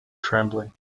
trembling